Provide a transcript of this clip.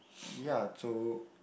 yeah so